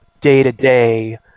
day-to-day